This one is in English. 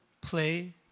play